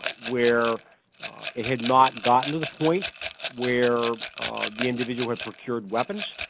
where it had not gotten to the point where the individual had procured weapons,